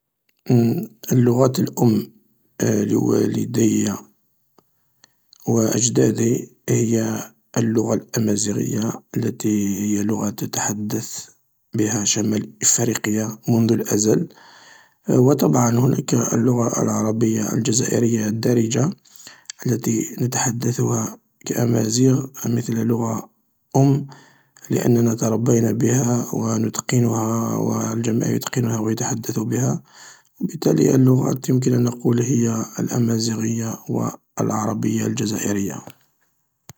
اللغات الأم لوالدي و أجدادي هي اللغة الأمازيغية التي هي لغة تتحدث بها شمال أفريقيا منذ الأزل و طبعا هناك اللغة العربية الجزائرية الدارجة التي نتحدثها كأمازيغ مثل لغة أم لأننا تربينا بها و نتقنها و الجميع يتقنها و يتحدث بها بالتالي اللغات يمكن أن نقول هي الأمازيغية و العربية الجزائرية.